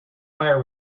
fire